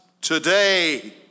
today